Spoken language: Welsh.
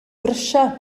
brysia